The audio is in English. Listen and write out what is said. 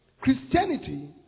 Christianity